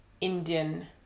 Indian